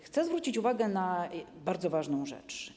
Chcę zwrócić uwagę na bardzo ważną rzecz.